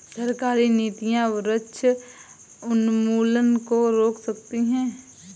सरकारी नीतियां वृक्ष उन्मूलन को रोक सकती है